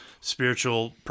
spiritual